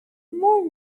more